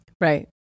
Right